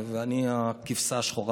ואני הכבשה השחורה,